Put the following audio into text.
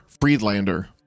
Friedlander